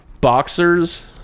boxers